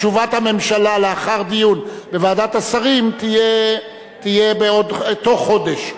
תשובת הממשלה לאחר דיון בוועדת השרים תהיה בתוך חודש.